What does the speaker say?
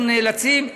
אנחנו נאלצים עכשיו,